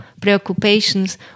preoccupations